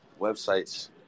websites